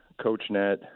CoachNet